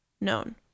known